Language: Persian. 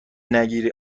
نگیری